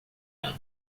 ano